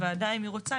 הוועדה אם היא רוצה,